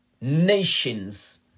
nations